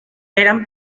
eran